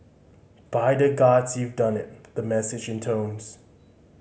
by the Gods you've done it the message intones